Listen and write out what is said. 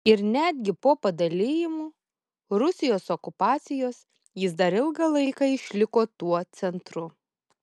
ir netgi po padalijimų rusijos okupacijos jis dar ilgą laiką išliko tuo centru